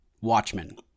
Watchmen